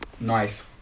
nice